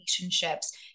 relationships